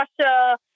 Russia